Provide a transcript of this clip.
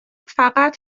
فقط